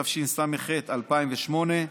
התשס"ח 2008,